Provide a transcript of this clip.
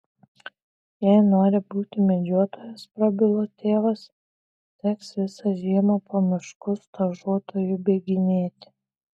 jei nori būti medžiotojas prabilo tėvas teks visą žiemą po miškus stažuotoju bėginėti